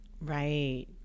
Right